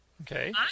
Okay